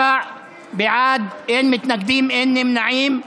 97 בעד, אין מתנגדים ואין נמנעים.